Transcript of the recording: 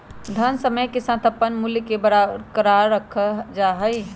धन समय के साथ अपन मूल्य के बरकरार रखल जा हई